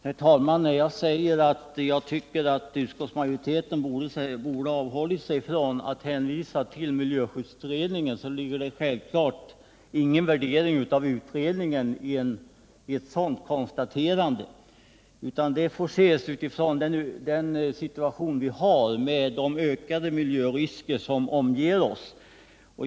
Herr talman! När jag säger att jag tycker att utskottsmajoriteten borde ha avhållit sig från att hänvisa till miljöskyddsutredningen ligger det självfallet ingen värdering av utredningen i ett sådant konstaterande, utan det får ses utifrån den situation vi har med de ökade miljörisker som omger oss.